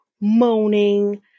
moaning